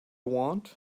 want